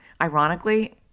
ironically